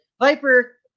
Viper